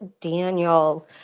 Daniel